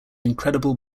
incredible